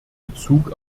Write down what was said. bezug